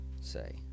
say